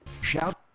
Shout